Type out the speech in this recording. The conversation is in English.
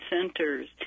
centers